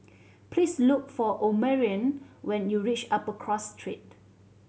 please look for Omarion when you reach Upper Cross Street